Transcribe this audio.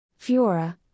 Fiora